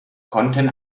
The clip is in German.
konnten